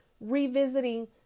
revisiting